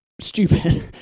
stupid